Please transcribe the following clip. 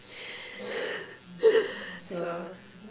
so